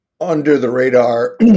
under-the-radar